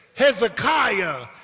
Hezekiah